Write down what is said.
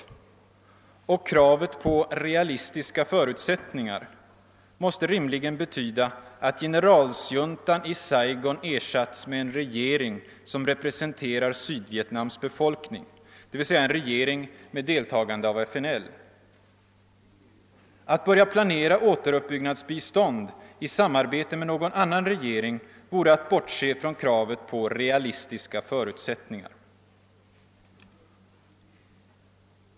Kravet på realistiska förutsättningar måste rimligen betyda att generalsjuntan i Saigon ersatts med en regering som representerar Sydvietnams befolkning, dvs. en regering med deltagande av FNL. Att börja planera återuppbyggnadsbistånd i samarbete med någon annan regering vore att bortse från kravet på realistiska förutsättningar.